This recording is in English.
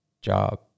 job